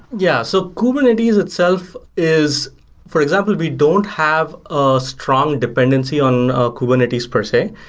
yeah. so kubernetes itself is for example, we don't have a strong dependency on kubernetes per se.